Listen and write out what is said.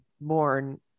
born